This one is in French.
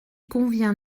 convient